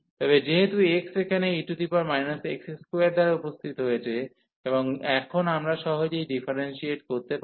তবে যেহেতু x এখানে e x2 দ্বারা উপস্থিত হয়েছে এবং এখন আমরা সহজেই ডিফারেন্সিয়েট করতে পারব